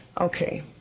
Okay